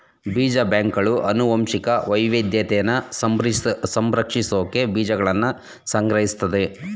ಬೀಜ ಬ್ಯಾಂಕ್ಗಳು ಅನುವಂಶಿಕ ವೈವಿದ್ಯತೆನ ಸಂರಕ್ಷಿಸ್ಸೋಕೆ ಬೀಜಗಳ್ನ ಸಂಗ್ರಹಿಸ್ತದೆ